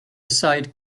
aside